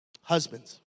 Husbands